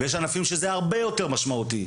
יש ענפים שזה הרבה יותר משמעותי.